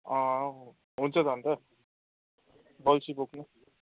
अँ हुन्छ त अनि त बल्छी बोक्नु